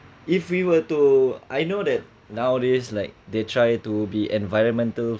if we were to I know that nowadays like they try to be environmental